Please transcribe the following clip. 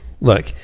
Look